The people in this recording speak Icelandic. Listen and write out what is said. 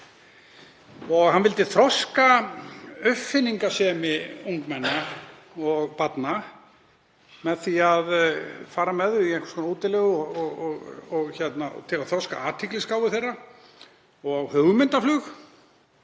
Hann vildi þroska uppfinningasemi ungmenna og barna með því að fara með þau í einhvers konar útilegu til að þroska athyglisgáfu þeirra og hugmyndaflug.